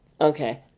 Okay